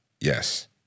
yes